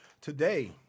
Today